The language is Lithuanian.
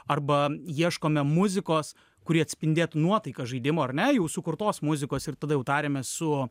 arba ieškome muzikos kuri atspindėtų nuotaiką žaidimo ar ne jau sukurtos muzikos ir tada jau tariamės su